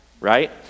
right